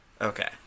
Okay